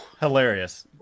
Hilarious